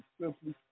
simply